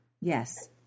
Yes